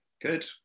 good